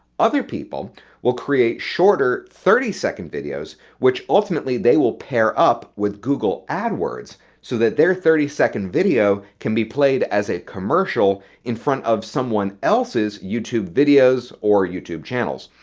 other people will create shorter thirty second videos which ultimately they will pair up with google adwords so that their thirty second video can be played as a commercial in front of someone else's youtube videos or youtube channels.